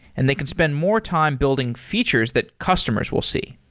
and they can spend more time building features that customers will see.